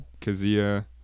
Kazia